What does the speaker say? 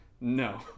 No